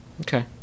Okay